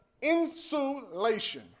insulation